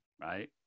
right